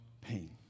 pain